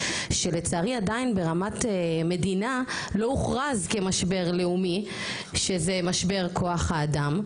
שלצערי עדיין ברמת מדינה לא הוכרז כמשבר לאומי שזה משבר כוח האדם,